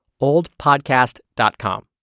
oldpodcast.com